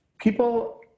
people